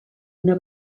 una